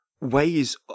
ways